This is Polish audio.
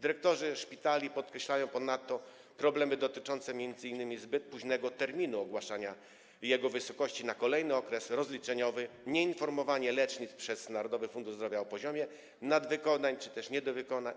Dyrektorzy szpitali podkreślają ponadto problemy dotyczące m.in. zbyt późnego terminu ogłaszania ich wysokości na kolejny okres rozliczeniowy, nieinformowanie lecznic przez Narodowy Fundusz Zdrowia o poziomie nadwykonań czy też niedowykonań